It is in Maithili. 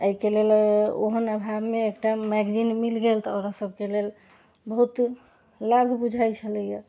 एहिके लेल ओहन अभावमे एकटा मैगजीन मिल गेल तऽ औरत सबके लेल बहुत लाभ बुझाइत छलैया